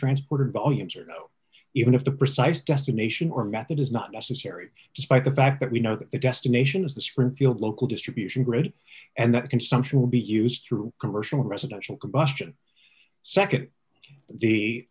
transport or volumes or know even if the precise destination or method is not necessary despite the fact that we know that the destination is the springfield local distribution grid and that consumption will be used through commercial residential combustion nd the